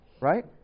Right